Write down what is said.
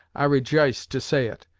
i rej'ice to say it,